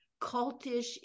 cultish